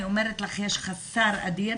אני אומרת לך, יש חסר אדיר.